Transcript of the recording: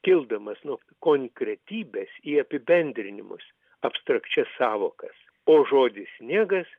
kildamas nuo konkretybės į apibendrinimus abstrakčias sąvokas o žodis sniegas